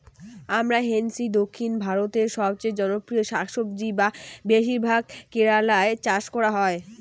আমরান্থেইসি দক্ষিণ ভারতের সবচেয়ে জনপ্রিয় শাকসবজি যা বেশিরভাগ কেরালায় চাষ করা হয়